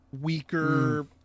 weaker